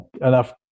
enough